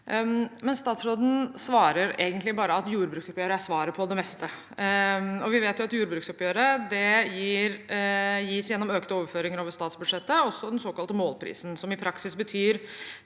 Statsråden svarer egentlig bare at jordbruksoppgjøret er svaret på det meste. Vi vet at jordbruksoppgjøret gis gjennom økte overføringer over statsbudsjettet og den såkalte målprisen, som i praksis betyr